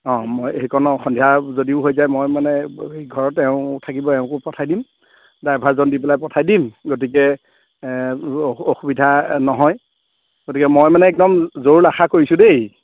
অ মই সেইকণ সন্ধিয়া যদিও হৈ যায় মই মানে ঘৰত এওঁ থাকিব এওঁকো পঠাই দিম ড্ৰাইভাৰজন দি পেলাই পঠাই দিম গতিকে এ অসুবিধা নহয় গতিকে মই মানে একদম জৰুল আশা কৰিছোঁ দেই